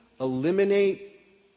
eliminate